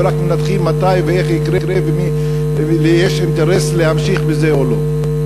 ורק מנתחים מתי ואיך יקרה ולמי יש אינטרס להמשיך בזה או לא.